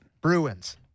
Bruins